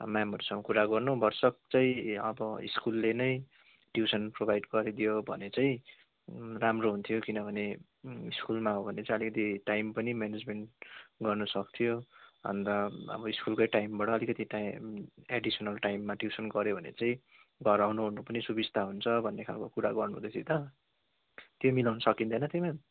म्यामहरूसँग कुरा गर्नु भरसक चाहिँ अब स्कुलले नै ट्युसन प्रोभाइड गरिदियो भने चाहिँ राम्रो हुन्थ्यो किनभने स्कुलमा हो भने चाहिँ अलिकति टाइम पनि म्यानेजमेन्ट गर्नुसक्थ्यो अन्त अब स्कुलकै टाइमबाट अलिकति टाइम एडिसनल टाइममा ट्युसन गऱ्यो भने चाहिँ घर आउनुओर्नु पनि सुविस्ता हुन्छ भन्ने खालको कुरा गर्नुहुँदै थियो त त्यो मिलाउनु सकिँदैनथ्यो म्याम